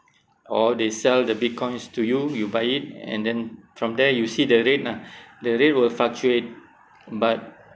or they sell the Bitcoins to you you buy it and then from there you see the rate lah the rate will fluctuate but